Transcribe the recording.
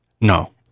No